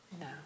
No